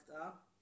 up